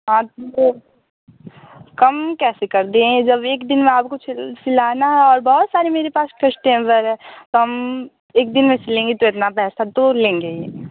हाँ तो कम कैसे कर दिए हैं जब एक दिन में आपको सिल सिलाना है और बहुत सारे मेरे पास कैस्टेम्बर है तो हम एक दिन में सिलेंगे तो इतना पैसा तो लेंगे ही